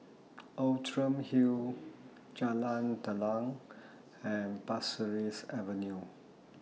Outram Hill Jalan Telang and Pasir Ris Avenue